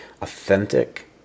authentic